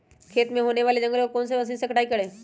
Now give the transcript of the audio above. खेत में होने वाले जंगल को कौन से मशीन से कटाई करें?